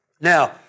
Now